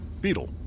Beetle